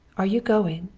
are you going?